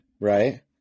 right